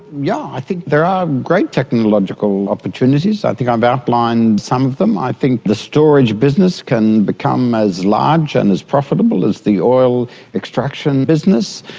yeah i think there are great technological opportunities. i think i've outlined some of them. i think the storage business can become as large and as profitable as the oil extraction business.